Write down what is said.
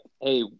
hey